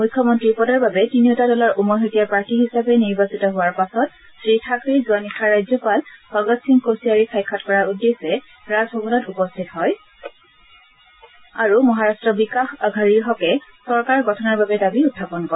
মুখ্যমন্ত্ৰী পদৰ বাবে তিনিওটা দলৰ উমৈহতীয়া প্ৰাৰ্থী হিচাপে নিৰ্বাচিত হোৱাৰ পাছত শ্ৰী থাকৰেই যোৱানিশা ৰাজ্যপাল ভগৎ সিং কোচিয়াৰিক সাক্ষাৎ কৰাৰ উদ্দেশ্যে ৰাজভৱনত উপস্থিত হয় আৰু মহাৰাট্ট বিকাশ অঘাৰীৰ হকে চৰকাৰ গঠনৰ বাবে দাবী উখাপন কৰে